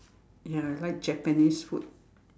ya I like Japanese food